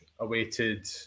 awaited